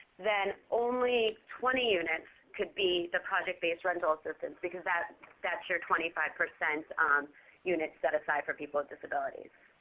then only twenty units could be the project-based rental assistance because that's that's your twenty five percent um units set aside for people with disabilities.